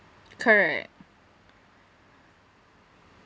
correct